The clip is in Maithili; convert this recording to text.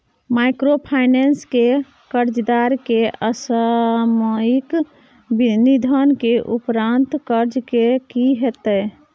माइक्रोफाइनेंस के कर्जदार के असामयिक निधन के उपरांत कर्ज के की होतै?